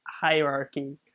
hierarchy